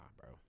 bro